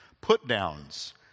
put-downs